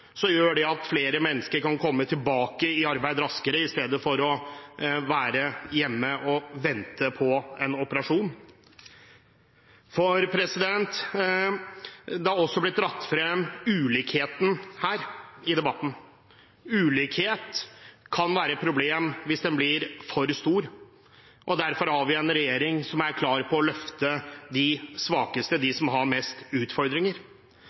gjør det at flere mennesker kan komme tilbake i arbeid raskere, i stedet for å være hjemme og vente på en operasjon. Ulikhet har også blitt dratt frem her i debatten. Ulikhet kan være et problem hvis den blir for stor. Derfor har vi en regjering som er klar på å løfte de svakeste, de som har mest utfordringer.